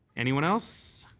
anyone else?